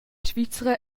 svizra